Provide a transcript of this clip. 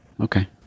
Okay